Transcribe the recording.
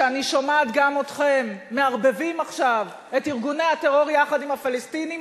שאני שומעת גם אתכם מערבבים עכשיו את ארגוני הטרור יחד עם הפלסטינים,